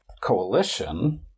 coalition